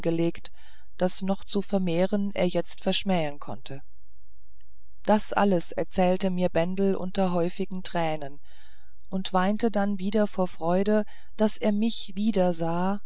das noch zu vermehren er jetzt verschmähen konnte das alles erzählte mir bendel unter häufigen tränen und weinte dann wieder vor freuden daß er mich wieder